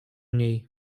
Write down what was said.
niej